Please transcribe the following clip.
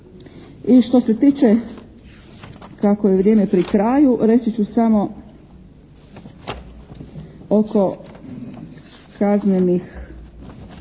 I što se tiče kako je vrijeme pri kraju reći ću samo oko kaznenih